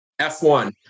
f1